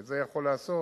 ואת זה יכול לעשות